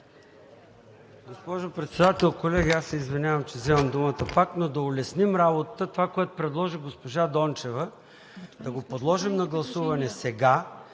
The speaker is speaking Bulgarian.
Госпожо Председател, колеги! Аз се извинявам, че вземам думата пак, но да улесним работата. Това, което предложи госпожа Дончева, да го подложим на гласуване сега,